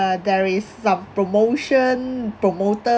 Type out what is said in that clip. uh there is some promotion promoters